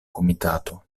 komitato